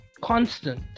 Constant